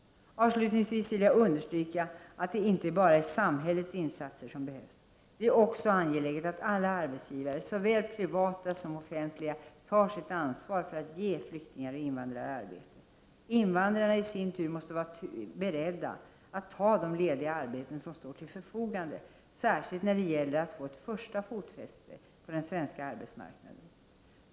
Avslutningsvis vill jag understryka att det inte bara är samhällets insatser som behövs. Det är också angeläget att alla arbetsgivare, såväl privata som offentliga, tar sitt ansvar för att ge flyktingar och invandrare arbete. Invandrarna i sin tur måste vara beredda att ta de lediga arbeten som står till förfogande, särskilt när det gäller att få ett första fotfäste på den svenska arbetsmarknaden.